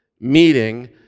meeting